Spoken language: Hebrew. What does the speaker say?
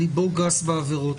ליבו גס בעבירות.